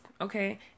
okay